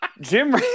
Jim